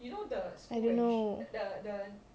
I don't know